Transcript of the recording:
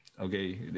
okay